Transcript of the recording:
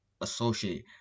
associate